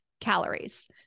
calories